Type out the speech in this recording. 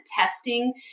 testing